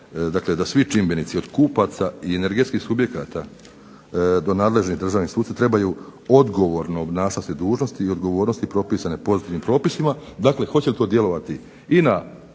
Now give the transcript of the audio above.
dakle da svi čimbenici od kupaca i energetskih subjekata do nadležnih državnih institucija trebaju odgovorno obnašati dužnosti i odgovornosti propisane posebnim propisima, dakle hoće li to djelovati i na